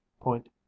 point